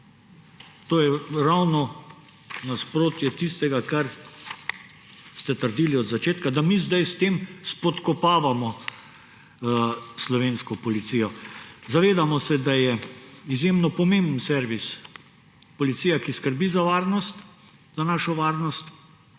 To je ravno nasprotje tistega, kar ste trdili od začetka, da mi sedaj s tem spodkopavamo slovensko policijo. Zavedamo se, da je izjemno pomemben servis. Policija, ki skrbi za našo varnost,